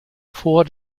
vor